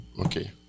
Okay